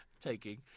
taking